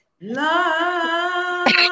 Love